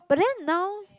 but then now